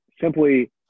Simply